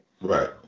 right